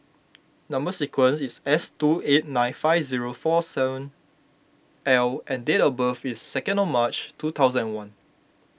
Number Sequence is S two eight nine five zero four seven L and date of birth is second of March two thousand and one